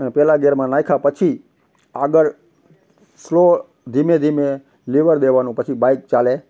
ને પહેલા ગિયરમાં નાખ્યાં પછી આગળ સ્લો ધીમે ધીમે લીવર દેવાનું પછી બાઇક ચાલે